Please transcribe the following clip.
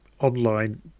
online